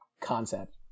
concept